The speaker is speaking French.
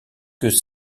que